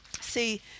see